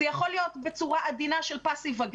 זה יכול להיות בצורה עדינה של פאסיב-אגרסיב